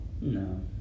No